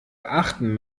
achten